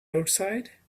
outside